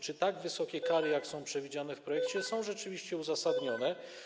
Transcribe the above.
Czy tak wysokie kary, jakie są przewidziane w projekcie, są rzeczywiście uzasadnione?